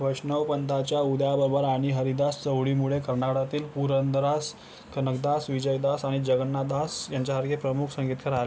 वैष्णव पंथाच्या उदयाबरोबर आणि हरिदास चवळीमुळे कनाडातील पुरंदरास कनकदास विजयदास आणि जगन्नातदास यांच्यासारखे प्रमुक संगीतकार आ